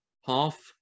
half